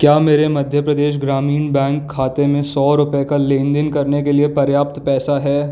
क्या मेरे मध्य प्रदेश ग्रामीण बैंक खाते में सौ रुपये का लेनदेन करने के लिए पर्याप्त पैसा है